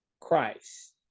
Christ